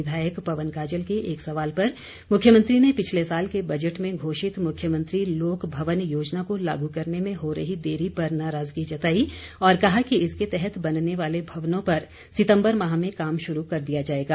विधायक पवन काजल के एक सवाल पर मुख्यमंत्री ने पिछले साल के बजट में घोषित मुख्यमंत्री लोकभवन योजना को लागू करने में हो रही देरी पर नाराजगी जताई और कहा कि इसके तहत बनने वाले भवनों पर सितंबर माह में काम शुरू कर दिया जाएगा